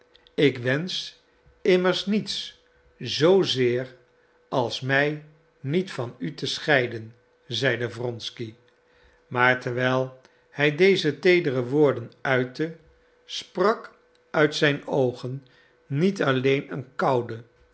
ik wensch immers niets zoo zeer als mij niet van u te scheiden zeide wronsky maar terwijl hij deze teedere woorden uitte sprak uit zijn oogen niet alleen een koude